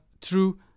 true